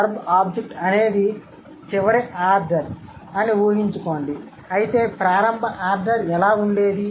SVO అనేది చివరి order అని ఊహించుకోండిఅయితే ప్రారంభ ఆర్డర్ ఎలా ఉండేది